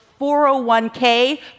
401k